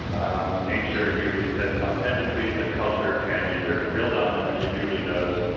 um nature usually sets some tendencies and culture can either build on them which it usually does.